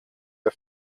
the